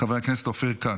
חוק ומשפט,